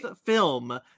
film